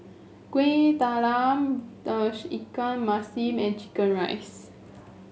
Kueh Talam Tauge Ikan Masin and chicken rice